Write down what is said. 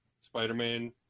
Spider-Man